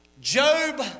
Job